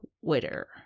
Twitter